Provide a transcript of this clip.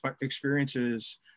experiences